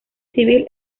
civil